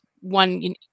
one –